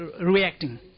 reacting